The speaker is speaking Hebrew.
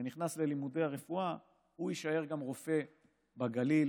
ונכנס ללימודי רפואה, הוא יישאר גם רופא בגליל,